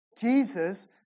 Jesus